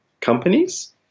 companies